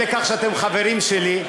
מכיוון שאתם חברים שלי,